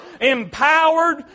empowered